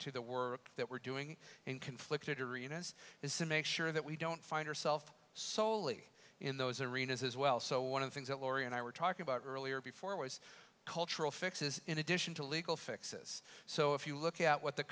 to the work that we're doing in conflict arenas is simic sure that we don't find herself solely in those arenas as well so one of the things that laurie and i were talking about earlier before was cultural fixes in addition to legal fixes so if you look at what the